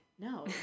no